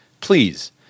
please